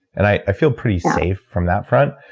and i feel pretty safe from that front,